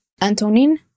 Antonin